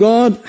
God